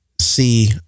see